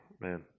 man